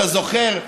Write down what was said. אתה זוכר,